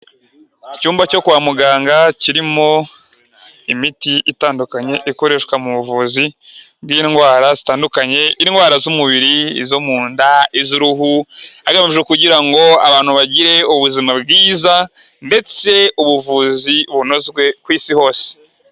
Icyumba cyo kwa muganga kirimo imiti itandukanye ikoreshwa mu buvuzi bw'indwara zitandukanye, indwara z'umubiri, izo mu nda, iz'uruhu hejuru kugira ngo abantu bagire ubuzima bwiza ndetse ubuvuzi bunozwe ku isi hose.